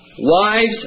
Wives